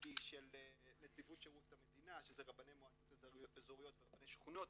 המשמעתי של נציבות שירות המדינה שזה רבני מועצות אזוריות ורבני שכונות,